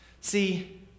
See